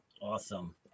Awesome